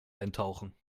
eintauchen